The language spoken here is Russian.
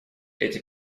эти